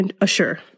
assure